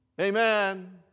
Amen